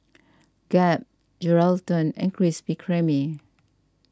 Gap Geraldton and Krispy Kreme